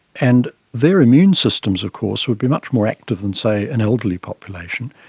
and their immune systems of course would be much more active than say, an elderly population,